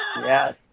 Yes